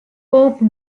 pope